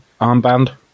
Armband